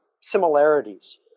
similarities